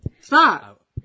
Stop